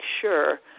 sure